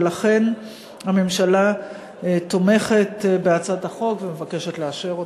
ולכן, הממשלה תומכת בהצעת החוק ומבקשת לאשר אותה.